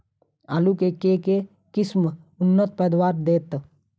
आलु केँ के किसिम उन्नत पैदावार देत?